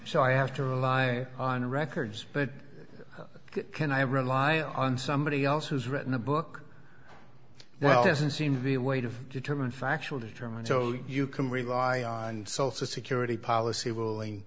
so i have to rely on records but can i rely on somebody else who's written a book well doesn't seem to be a way to determine factual determined so you can rely on social security policy will